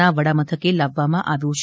ના વડા મથકે લાવવામાં આવ્યો છે